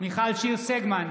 מיכל שיר סגמן,